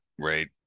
right